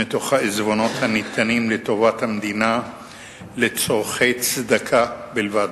מתוך העיזבונות הניתנים לטובת המדינה לצורכי צדקה בלבד.